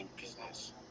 business